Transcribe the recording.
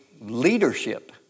leadership